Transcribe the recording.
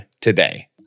today